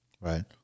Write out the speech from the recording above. right